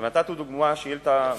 נתתי דוגמה בשאילתא,